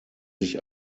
sich